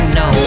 no